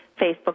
Facebook